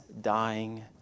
dying